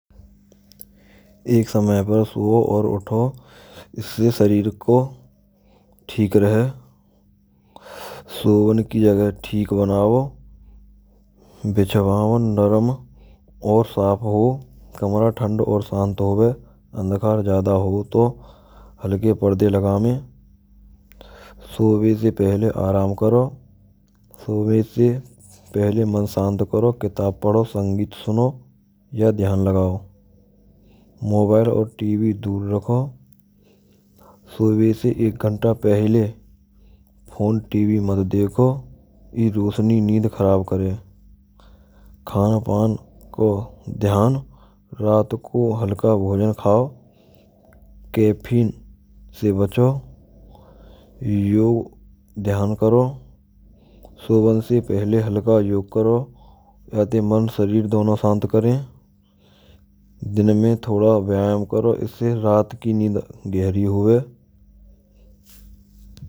Ek samay pr sou aur utho. Islie shareer ko theek rahe. Sovan kee jagah theek banavo. Bichhaavan naram aur saaf ho. Kaamara thand aur shaant hove. Andhakaar jyaada hove to halke parade lagamei. Sove se pahale aaraam karo. Sove se pahale man shaant karo kitaab padho sangeet suno ya dhyaan lagao. Mobile aur tv door rakho. Sovaye se ek ghanta pahale phone tv mat dekho. Yah roshanee neend kharaab karen. Raat ko halka bhojan khao caffeine se bacho. Yog dhyan kro, sovan se pehle halka yog kro, jate mn aur sareer dono shaant kre. Din mai thoda vyayam kro. Isse raat ki neend gehri hove.